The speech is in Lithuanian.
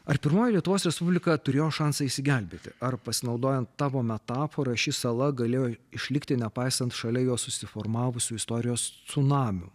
ar pirmoji lietuvos respublika turėjo šansą išsigelbėti ar pasinaudojant tavo metafora ši sala galėjo išlikti nepaisant šalia jo susiformavusių istorijos cunamių